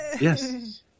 Yes